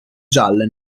gialle